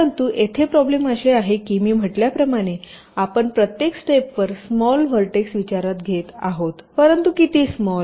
परंतु येथे प्रॉब्लेम अशी आहे की मी म्हटल्याप्रमाणे आपण प्रत्येक स्टेपवर स्मॉल व्हर्टेक्स विचारात घेत आहात परंतु किती स्मॉल